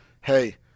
hey